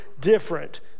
different